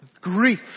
grief